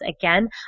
again